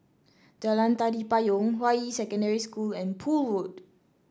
Jalan Tari Payong Hua Yi Secondary School and Poole Road